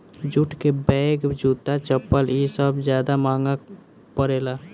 jute के bag, जूता, चप्पल इ सब ज्यादे महंगा परेला